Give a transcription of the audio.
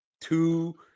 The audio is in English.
two